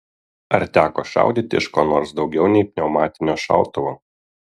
ar teko šaudyti iš ko nors daugiau nei pneumatinio šautuvo